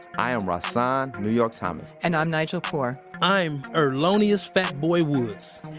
i am rahsaan new york thomas and i'm nigel poor i'm earlonious fatboy woods